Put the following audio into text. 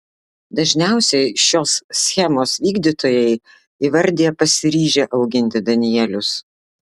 dažniausiai šios schemos vykdytojai įvardija pasiryžę auginti danielius